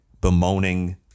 Bemoaning